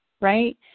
right